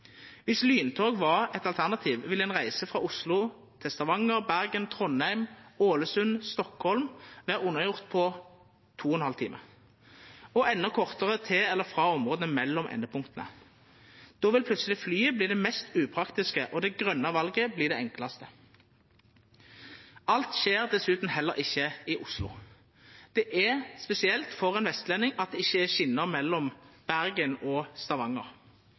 Viss lyntog var eit alternativ, ville ei reise frå Oslo til Stavanger, Bergen, Trondheim, Ålesund eller Stockholm vera unnagjort på to og ein halv time, og endå kortare til eller frå områda mellom endepunkta. Då vil plutseleg fly verta det mest upraktiske, og det grøne valet verta det enklaste. Alt skjer dessutan heller ikkje i Oslo. Det er spesielt for ein vestlending at det ikkje er skjener mellom Bergen og